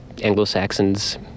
Anglo-Saxons